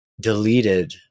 deleted